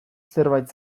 zerbait